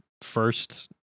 first